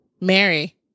Mary